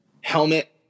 helmet